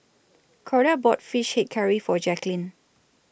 Corda bought Fish Head Curry For Jaqueline